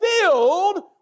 Filled